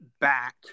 back